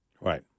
right